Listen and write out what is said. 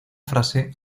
frase